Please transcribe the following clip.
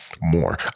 more